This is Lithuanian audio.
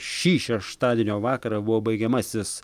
šį šeštadienio vakarą buvo baigiamasis